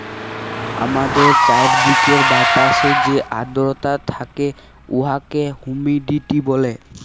আমাদের চাইরদিকের বাতাসে যে আদ্রতা থ্যাকে উয়াকে হুমিডিটি ব্যলে